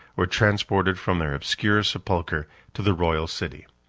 were transported from their obscure sepulchre to the royal city.